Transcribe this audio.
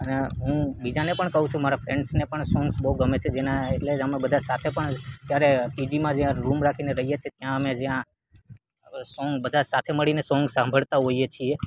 અને હું બીજાને પણ કહું છું મારા ફ્રેન્ડ્સને પણ સોંગ્સ બહુ ગમે છે જેના એટલે જ અમે બધા સાથે પણ જ્યારે પીજીમાં જ્યાં રૂમ રાખીને રહીએ છીએ ત્યાં અમે જ્યાં સોંગ બધા સાથે મળીને સોંગ સાંભળતા હોઈએ છીએ